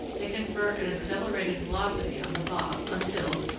they confer an accelerated velocity on the bob until,